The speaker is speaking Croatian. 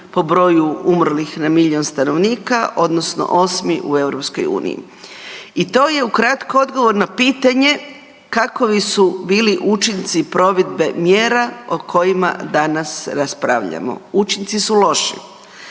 po broju umrlih na milijun stanovnika odnosno 8. u EU-u. I to je ukratko odgovor na pitanje kakovi su bili učinci provedbe mjera o kojima danas raspravljamo. Učinci su loši.